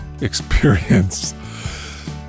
experience